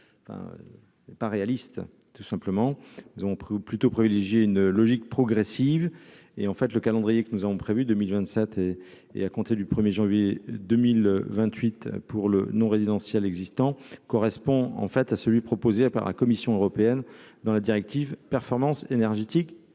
pas réaliste, tout simplement, nous avons pris ou plutôt privilégier une logique progressive et en fait le calendrier que nous avons prévu 2027 et et à compter du 1er janvier 2028 pour le non résidentiel existant correspond en fait à celui proposé par la Commission européenne dans la directive performance énergétique